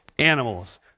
Animals